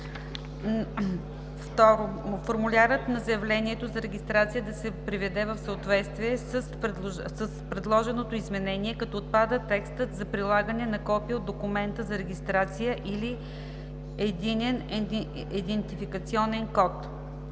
код; - формулярът на заявлението за регистрация да се приведе в съответствие с предложеното изменение, като отпада текстът за прилагане на копие от документа за регистрация или единен идентификационен код;